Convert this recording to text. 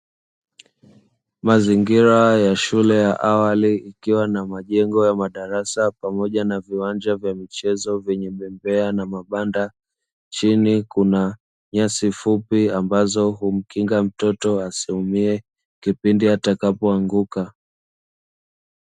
Mazingira ya shule ya awali, ikiwa na majengo ya madarasa pamoja na viwanja vya michezo vyenye bembea na mabanda, chini kuna nyasi fupi ambazo humkinga mtoto asiume kipindi atakapoanguka.